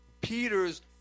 Peter's